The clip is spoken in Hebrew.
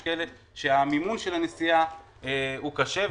ויש כאלה שהמימון של הנסיעה הוא קשה.